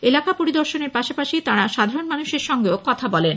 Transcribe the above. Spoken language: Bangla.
এলাকা পরিদর্শনের পাশাপাশি তাঁরা সাধারণ মানুষের সঙ্গেও কথা বলেন